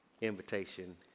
invitation